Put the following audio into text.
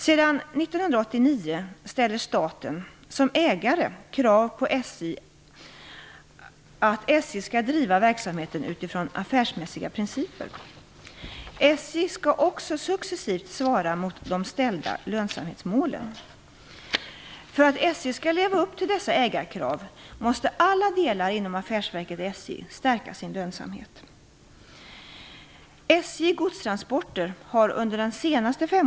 Sedan 1989 ställer staten, som ägare, krav på att SJ skall driva verksamheten utifrån affärsmässiga principer. SJ skall också successivt svara mot de ställda lönsamhetsmålen. För att SJ skall leva upp till dessa ägarkrav måste alla delar inom affärsverket SJ stärka sin lönsamhet.